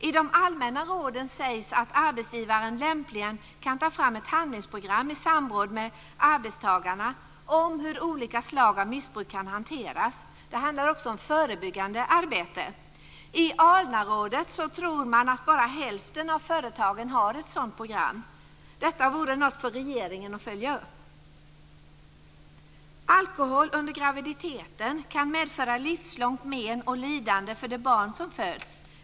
I de allmänna råden sägs att arbetsgivaren lämpligen kan ta fram ett handlingsprogram i samråd med arbetstagarna om hur olika slag av missbruk kan hanteras. Det handlar också om förebyggande arbete. I ALNA-rådet tror man att bara hälften av företagen har ett sådant program. Detta vore något för regeringen att följa upp. Alkohol under graviditeten kan medföra livslångt men och lidande för det barn som föds.